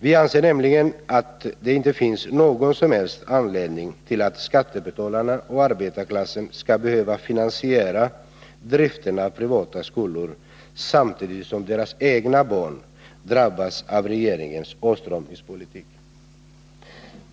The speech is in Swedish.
Vi anser nämligen att det inte finns någon som helst anledning att skattebetalarna och arbetarklassen skall behöva finansiera driften av privata skolor samtidigt som deras egna barn drabbas av regeringens åtstramningspolitik.